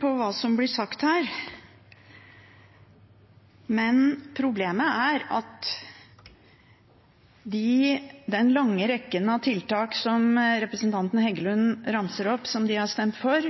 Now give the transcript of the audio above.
på hva som blir sagt her. Den lange rekken av tiltak som representanten Heggelund ramser opp, som de har stemt for,